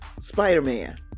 Spider-Man